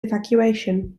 evacuation